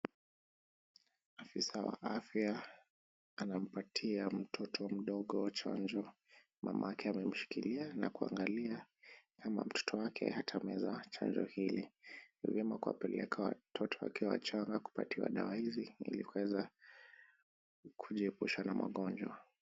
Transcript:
Afisaa wa afya anampatia mtoto mdogo chanjo, mama yakle amemshikilia na kuangalia kama mtoto wake atameza chanjo hili. Ni vyema kupeleka watoto wakiwa wachanga kupewa dawa hizi ili kuweza kujiepusha na magonjwa.